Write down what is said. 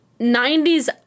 90s